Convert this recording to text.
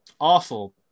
awful